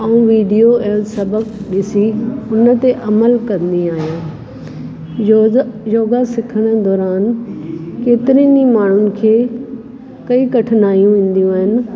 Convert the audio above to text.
ऐं वीडिओ ऐं सबक़ु ॾिसी हुनते अमल कंदी आहियां योज़ा योगा सिखणु दौरान केतिरनि माण्हुनि खे कई कठिनायूं ईंदियूं आहिनि